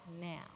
now